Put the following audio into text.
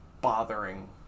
bothering